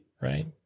Right